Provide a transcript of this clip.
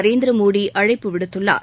நரேந்திர மோடி அழைப்பு விடுத்துள்ளார்